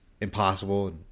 impossible